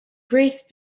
grace